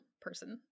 person